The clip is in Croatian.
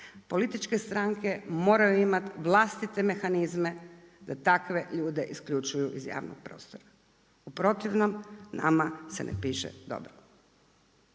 političke stranke moraju imati vlastite mehanizme da takve ljude isključuju iz javnog prostora, u protivnom nama se ne piše dobro.